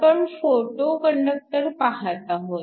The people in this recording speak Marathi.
आपण फोटो कंडक्टर पाहत आहोत